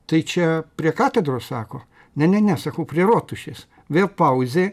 tai čia prie katedros sako ne ne ne sakau prie rotušės vėl pauzė